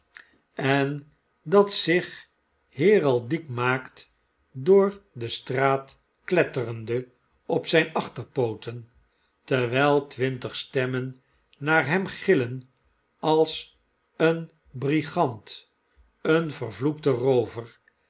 en dat zich heraldiek maakt door de straat kletterende op zjjn achterpooten terwyl twintig stemmen naar hem gillen als een brigand een vervloekte eoover